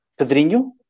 Pedrinho